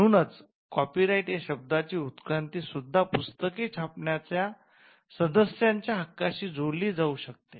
म्हणूनच कॉपीराइट या शब्दाची उत्क्रांतीसुद्धा पुस्तके छापण्याच्या सदस्यांच्या हक्काशी जोडली जाऊ शकते